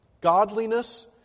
Godliness